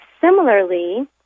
similarly